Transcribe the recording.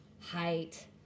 height